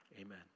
amen